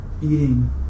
Eating